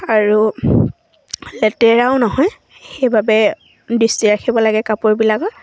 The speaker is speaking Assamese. আৰু লেতেৰাও নহয় সেইবাবে দৃষ্টি ৰাখিব লাগে কাপোৰবিলাকত